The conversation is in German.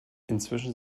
inzwischen